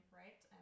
right